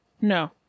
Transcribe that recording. No